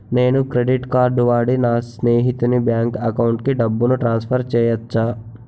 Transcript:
నేను credit card వాడి నా స్నేహితుని బ్యాంక్ అకౌంట్ కి డబ్బును ట్రాన్సఫర్ చేయచ్చా?